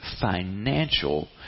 financial